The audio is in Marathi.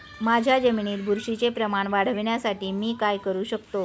माझ्या जमिनीत बुरशीचे प्रमाण वाढवण्यासाठी मी काय करू शकतो?